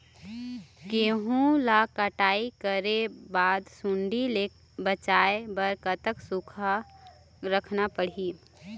गेहूं ला कटाई करे बाद सुण्डी ले बचाए बर कतक सूखा रखना पड़ही?